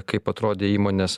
kaip atrodė įmonės